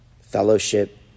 fellowship